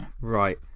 right